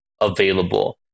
available